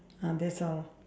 ah that's all